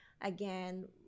again